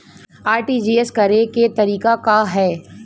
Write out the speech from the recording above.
RTGS करे के तरीका का हैं?